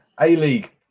A-League